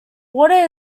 water